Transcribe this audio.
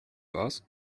boss